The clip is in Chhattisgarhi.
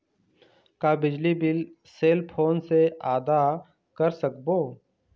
का बिजली बिल सेल फोन से आदा कर सकबो?